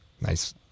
Nice